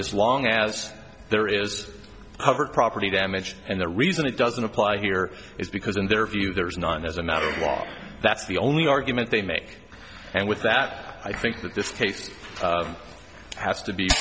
as long as there is covered property damage and the reason it doesn't apply here is because in their view there is none as a matter of law that's the only argument they make and with that i think that this case has to be